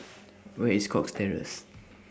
Where IS Cox Terrace